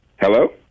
Hello